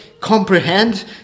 comprehend